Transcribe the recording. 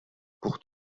pour